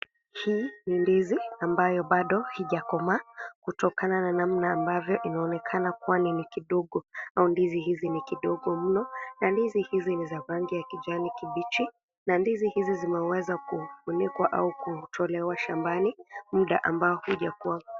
Hii ni ndizi ambayo bado haijakomaa, kutokana na namna ambavyo inaonekana kidogo.Au ndizi hili ni kidogo mno, ndizi hizi ni za rangi ya kijani kibichi. Ndizi hizi zimweweza kufunikwa ama kutolewa shambani, muda ambao hujakua mkubwa.